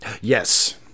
Yes